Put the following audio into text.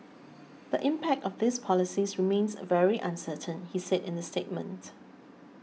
the impact of these policies remains very uncertain he said in the statement